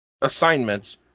assignments